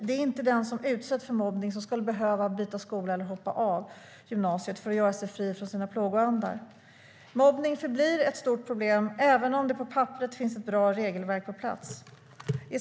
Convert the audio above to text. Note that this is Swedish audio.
Det är inte den som utsätts för mobbning som ska behöva byta skola eller hoppa av gymnasiet för att göra sig fri från sina plågoandar. Mobbning förblir ett stort problem, även om det på papperet finns ett bra regelverk på plats.